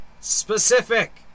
specific